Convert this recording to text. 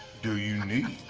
do you need?